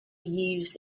used